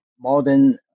Modern